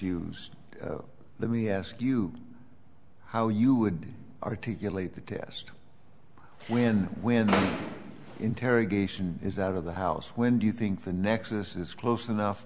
you let me ask you how you would articulate the test when when interrogation is out of the house when do you think the nexus is close enough